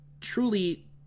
truly